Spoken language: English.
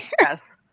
Yes